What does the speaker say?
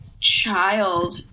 child